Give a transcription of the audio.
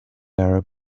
arab